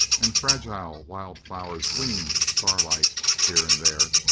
and fragile wild flowers gleamed, starlike, here and there,